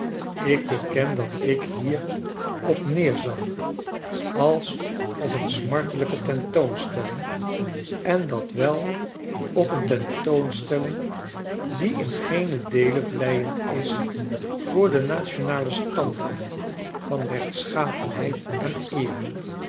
ik beken dat ik hier op neerzag als op een smartelijke tentoonstelling en dat wel op een tentoonstelling die in geenen deele vleiend is voor den nationalen staqdaard van rechtschapenheid en eer